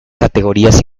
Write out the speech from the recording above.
categorías